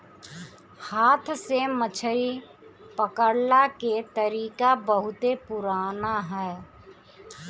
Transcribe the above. हाथ से मछरी पकड़ला के तरीका बहुते पुरान ह